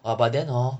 !wah! but then hor